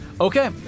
Okay